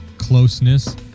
closeness